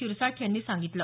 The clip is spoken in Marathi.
शिरसाठ यांनी सांगितलं